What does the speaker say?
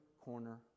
corner